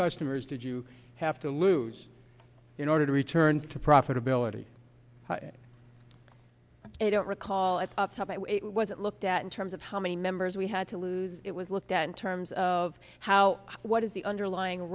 customers did you have to lose in order to return to profitability i don't recall it was looked at in terms of how many members we had to lose it was looked at in terms of how what is the underlying